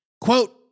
Quote